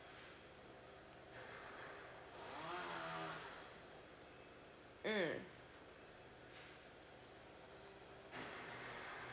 mm